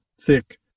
thick